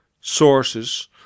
sources